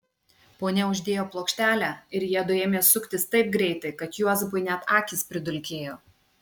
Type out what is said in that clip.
ponia uždėjo plokštelę ir jiedu ėmė suktis taip greitai kad juozapui net akys pridulkėjo